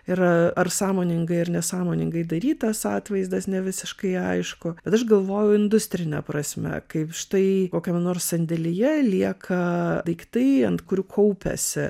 yra ar sąmoningai ir nesąmoningai darytas atvaizdas ne visiškai aišku bet aš galvojau industrine prasme kaip štai kokiame nors sandėlyje lieka daiktai ant kurių kaupiasi